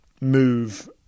move